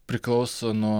priklauso nuo